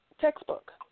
Textbook